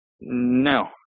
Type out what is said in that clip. No